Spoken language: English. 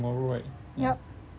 yup